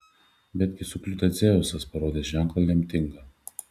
betgi sukliudė dzeusas parodęs ženklą lemtingą